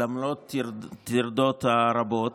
למרות הטרדות הרבות,